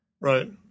Right